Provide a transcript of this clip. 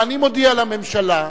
ואני מודיע לממשלה,